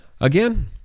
again